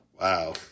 Wow